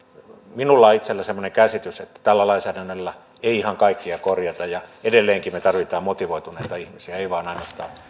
minulla on itselläni semmoinen käsitys että tällä lainsäädännöllä ei ihan kaikkea korjata ja edelleenkin me tarvitsemme motivoituneita ihmisiä ei vain ainoastaan